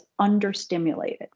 understimulated